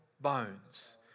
bones